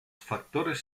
factores